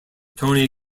tony